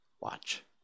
Watch